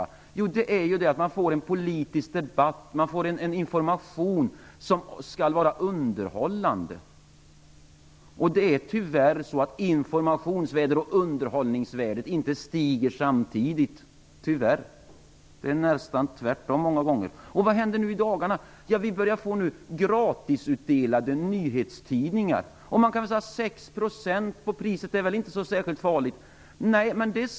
Jo, man får en politisk debatt och information som skall vara underhållande. Tyvärr är det så att informationsvärdet och underhållningsvärdet inte stiger samtidigt. Många gånger är det nästan tvärtom. Vad hännder nu i dagarna? Ja, vi börjar få gratisutdelade nyhetstidningar. 6 % på priset är väl inte särskilt farligt, kan man säga.